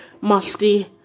musty